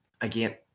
again